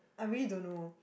I really don't know